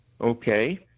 okay